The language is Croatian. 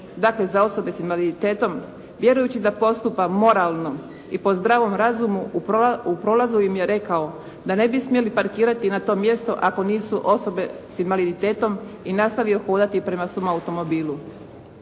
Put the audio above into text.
dakle za osobe sa invaliditetom vjerujući da postupa moralno i po zdravom razumu u prolazu im je rekao da ne bi smjeli parkirati na to mjesto ako nisu osobe s invaliditetom i nastavio hodati prema svom automobilu.